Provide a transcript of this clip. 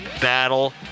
battle